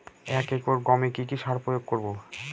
এক একর গমে কি কী সার প্রয়োগ করব?